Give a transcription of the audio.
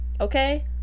Okay